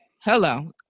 hello